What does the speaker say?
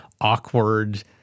awkward